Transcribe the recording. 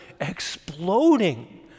exploding